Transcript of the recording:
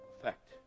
effect